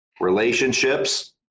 relationships